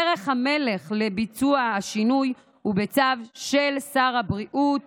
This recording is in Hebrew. דרך המלך לביצוע השינוי היא צו של שר הבריאות.